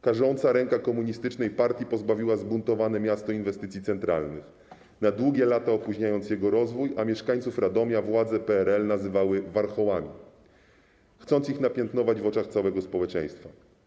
Karząca ręka komunistycznej partii pozbawiła 'zbuntowane' miasto inwestycji centralnych, na długie lata opóźniając jego rozwój, a mieszkańców Radomia władze PRL nazwały 'warchołami', chcąc ich napiętnować w oczach całego społeczeństwa.